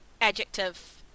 adjective